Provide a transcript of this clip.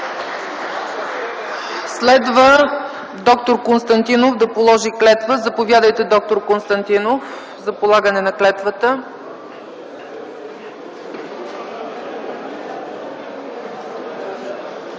Следва д-р Константинов да положи клетва. Заповядайте, д-р Константинов, за полагане на клетвата.